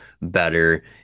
better